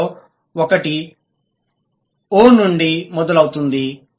వీటిలో ఒకటి O నుండి మొదలవుతుంది